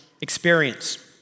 experience